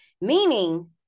meaning